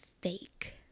fake